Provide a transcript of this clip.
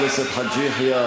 חבר הכנסת חאג' יחיא,